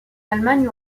allemagne